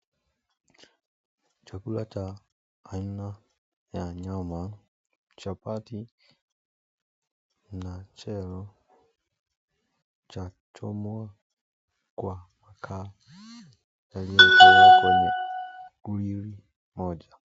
Chakula cha aina ya nyama, chapati na chelo cha chomwa kwa mkaa yaliyokwenye bakuli moja.